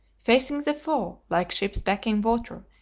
facing the foe, like ships backing water,